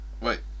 Wait